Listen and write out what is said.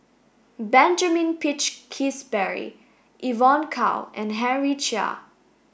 Benjamin Peach Keasberry Evon Kow and Henry Chia